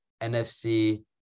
NFC